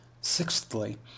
Sixthly